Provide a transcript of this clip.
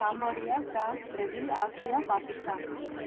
Cambodia France Brazil Austria Pakistan